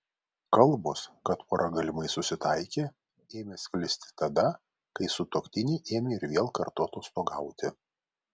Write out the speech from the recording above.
kalbos kad pora galimai susitaikė ėmė sklisti tada kai sutuoktiniai ėmė ir vėl kartu atostogauti